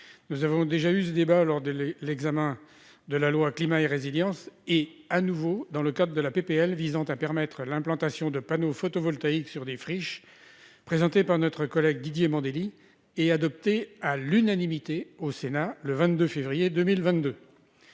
Nous avons déjà eu ce débat lors de l'examen de la loi Climat et résilience, puis, de nouveau, lors de l'examen de la proposition de loi visant à permettre l'implantation de panneaux photovoltaïques sur des friches, déposée par notre collègue Didier Mandelli et adoptée à l'unanimité par le Sénat le 22 février 2022.